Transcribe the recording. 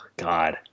God